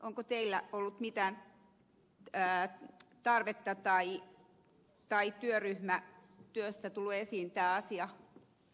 onko teillä ollut mitään tarvetta perehtyä tähän tai onko työryhmätyössä tullut esiin tämä asia